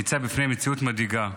ניצב בפני מציאות מדאיגה.